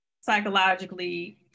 psychologically